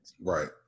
Right